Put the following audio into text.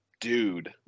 dude